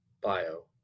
bio